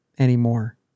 anymore